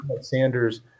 Sanders